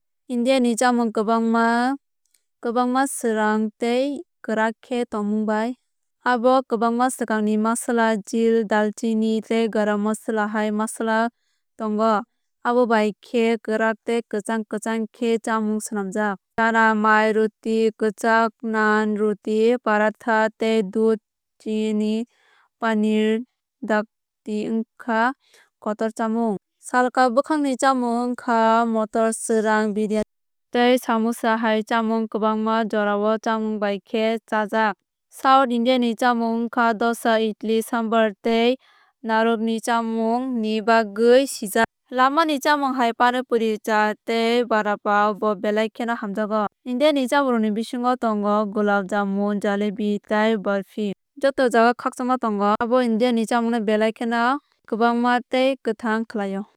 Indiani chamung kwbangma kwbangma swrang tei kwrak khe tongmung bai. Abo kwbangma swkangni masala jil dalchini tei garam masala hai masala tongo. Abo bai khe kwrak tei kwchang kwchang khe chámung snamjak. Chana mai ruti kwchak naan roti paratha tei dudh chini paneer dakti wngkha kotor chamung. Salka bwkhakni chamung wngkha mothor swrang biryani tei samosas hai chamung kwbangma jorao chámung bai khe chájak. South India ni chamung wngkha dosas idlis sambar tei narwg ni chamung ni bagwi sijak. Lama ni chamung hai pani puri chaat tei vada pav no belai kheno hamjakgo. Indiani chamungrokni bisingo tongo gulab jamun jalebi tei barfi. Joto jagao khakchangma tongo abo Indian chamung no belai kheno kwbangma tei kwthang khlaio.